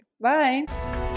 bye